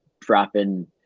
dropping